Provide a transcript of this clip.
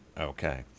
Okay